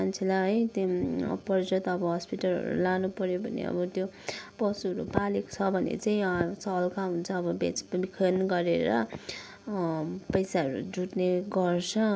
मान्छेलाई है त्यो अपरझट अब हस्पिटलहरू लानुपऱ्यो भने अब त्यो पशुहरू पालेको छ भने चाहिँ हल्का हुन्छ अब बेच बिखन गरेर पैसाहरू जुट्ने गर्छ